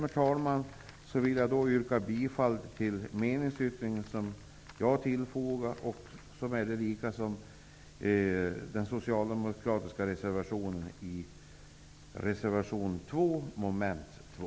Med detta vill jag yrka bifall till den meningsyttring som jag har fogat till detta betänkande. Det innebär att jag yrkar bifall till den socialdemokratiska reservationen nr 2, mom. 2.